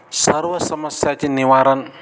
सर्व समस्याचे निवारण